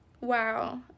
Wow